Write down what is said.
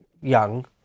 young